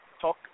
talk